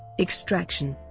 extraction